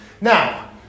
Now